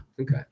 Okay